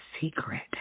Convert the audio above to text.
secret